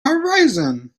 horizon